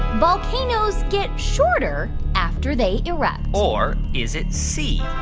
volcanoes get shorter after they erupt? or is it c,